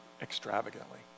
extravagantly